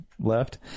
left